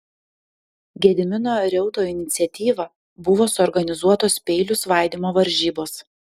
gedimino reuto iniciatyva buvo suorganizuotos peilių svaidymo varžybos